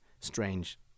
strange